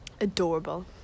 Adorable